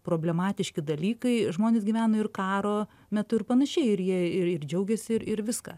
problematiški dalykai žmonės gyveno ir karo metu ir panašiai ir jie ir džiaugėsi ir ir viską